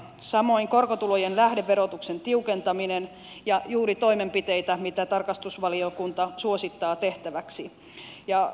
samoin korkotulojen lähdeverotuksen tiukentaminen on juuri niitä toimenpiteitä mitä tarkastusvaliokunta suosittaa tehtäväksi